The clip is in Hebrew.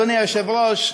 אדוני היושב-ראש,